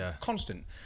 constant